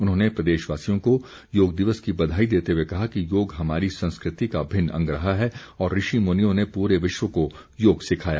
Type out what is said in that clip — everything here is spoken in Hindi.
उन्होंने प्रदेशवासियों को योग दिवस की बधाई देते हुए कहा कि योग हमारी संस्कृति का अभिन्न अंग रहा है और ऋषि मुनियों ने पूरे विश्व को योग सिखाया